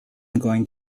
going